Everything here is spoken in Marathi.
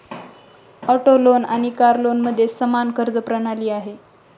ऑटो लोन आणि कार लोनमध्ये समान कर्ज प्रणाली आहे